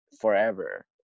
forever